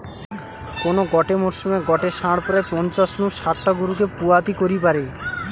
কোন গটে মরসুমে গটে ষাঁড় প্রায় পঞ্চাশ নু শাট টা গরুকে পুয়াতি করি পারে